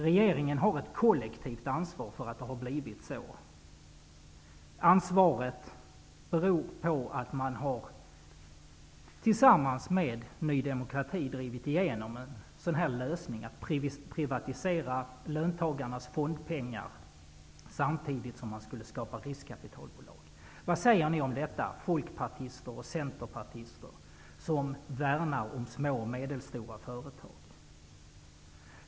Regeringen har ett kollektivt ansvar för att det blivit så här, som beror på att man, tillsammans med Ny demokrati drivit igenom att privatisera löntagarnas fondpengar, samtidigt som riskkapitalbolag skulle skapas. Vad säger ni folkpartister och centerpartister, som värnar om små och medelstora företag, om detta?